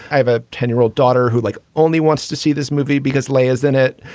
i have a ten year old daughter who like only wants to see this movie because layers in it.